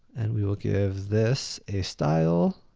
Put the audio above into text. and we will give this a style